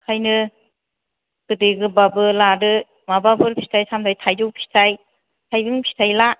ओंखायनो गोदै गोबाबबो लादो माबाफोर फिथाय सामथाय थाइजौ फिथाय थाइबें फिथाय ला